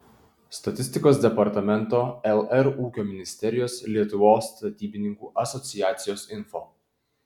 statistikos departamento lr ūkio ministerijos lietuvos statybininkų asociacijos info